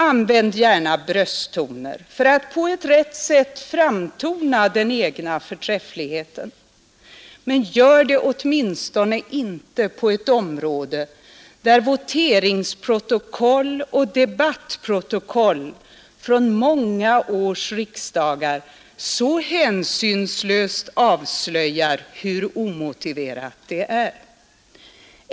Använd gärna brösttoner för att framtona den egna förträffligheten, men gör det åtminstone inte på ett område där voteringsprotokoll och debattprotokoll från många års riksdagar så hänsynslöst avslöjar hur omotiverat det är.